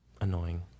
Annoying